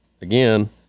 Again